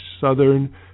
southern